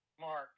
Mark